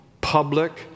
public